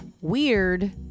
weird